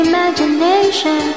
Imagination